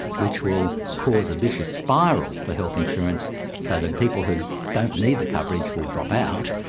which will cause a vicious spiral for health insurance so then people who don't need the coverage will drop out,